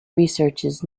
researches